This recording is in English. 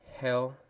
hell